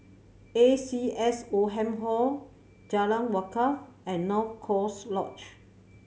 A C S Oldham Hall Jalan Wakaff and North Coast Lodge